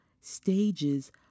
stages